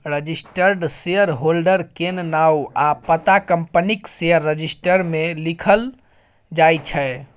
registered shareholder केर नाओ आ पता कंपनीक शेयर रजिस्टर मे लिखल जाइ छै